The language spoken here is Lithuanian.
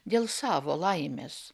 dėl savo laimės